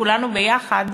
כולנו ביחד,